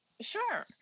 Sure